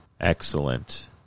excellent